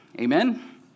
Amen